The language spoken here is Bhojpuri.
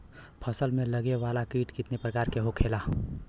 फसल में लगे वाला कीट कितने प्रकार के होखेला?